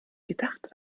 gedacht